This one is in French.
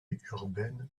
urbaine